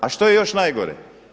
A što je još najgore?